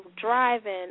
Driving